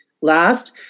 Last